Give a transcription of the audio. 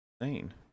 insane